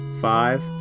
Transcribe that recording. Five